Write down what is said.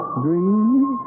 dreams